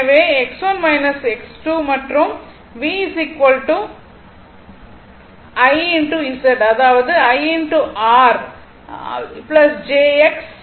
எனவே X1 X2 மற்றும் V I Z அதாவது I R jX